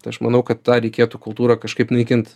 tai aš manau kad tą reikėtų kultūrą kažkaip naikint